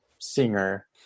singer